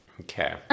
Okay